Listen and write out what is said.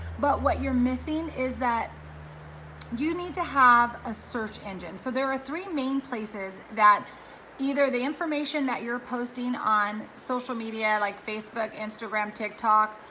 but what you're missing is that you need to have a search engine. so there are three main places that either the information that you're posting on social media, like facebook, instagram, tik tok,